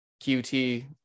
QT